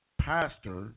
Pastor